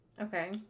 Okay